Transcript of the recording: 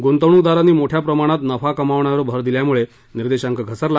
गंतवणकदारांनी मोठ्या प्रमाणात नफा कमावण्यावर भर दिल्यामुळे निर्देशांक घसरला